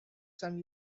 some